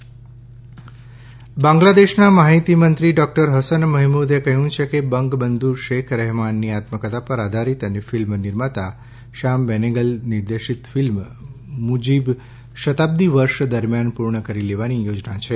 બાંગ્લાદેશ મુજીબૂર રહમાન બાંગ્લાદેશના માહિતીમંત્રી ડોકટર હસન મહમૂદે કહ્યું છે કે બંગ બંધુ શેખ રહેમાનની આત્મકથા પર આધારિત અને ફિલ્મ નિર્માતા શ્યામ બેનેગલ નિર્દેશિત ફિલ્મ મૂજીબ શતાબ્દી વર્ષ દરમિયાન પૂર્ણ કરી લેવાની યોજના છે